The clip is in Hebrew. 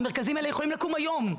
המרכזים האלה יכולים לקום היום,